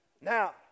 Now